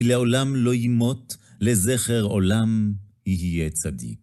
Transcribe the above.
כי לעולם לא ימוט, לזכר עולם יהיה צדיק.